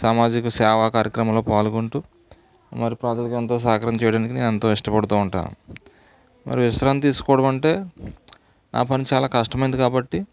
సామాజిక సేవా కార్యక్రమంలో పాల్గొంటూ మరి ప్రజలకెంతో సహకరం చేయడానికి నేను ఎంతో ఇష్టపడుతూ ఉంటాను మరి విశ్రాంతి తీసుకోవడం అంటే నా పని చాలా కష్టమైంది కాబట్టి